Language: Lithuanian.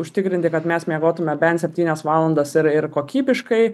užtikrinti kad mes miegotume bent septynias valandas ir ir kokybiškai